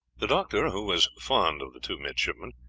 the doctor, who was fond of the two midshipmen,